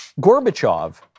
Gorbachev